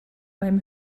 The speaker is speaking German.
beim